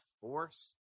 force